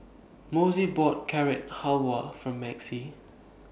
Mossie bought Carrot Halwa For Maxie